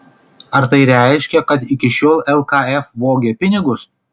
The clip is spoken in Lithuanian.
ar tai reiškia kad iki šiol lkf vogė pinigus